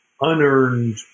unearned